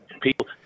People